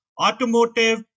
automotive